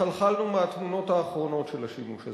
התחלחלנו מהתמונות האחרונות של השימוש הזה.